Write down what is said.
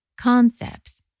concepts